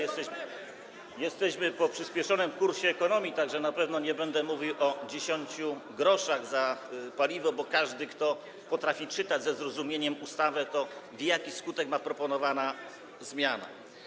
Jesteśmy po przyspieszonym kursie ekonomii, tak że na pewno nie będę mówił o 10 gr za paliwo, bo każdy, kto potrafi czytać ze zrozumieniem ustawę, wie, jaki skutek ma proponowana zmiana.